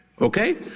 Okay